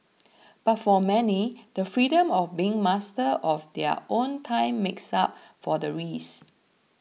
but for many the freedom of being master of their own time makes up for the risks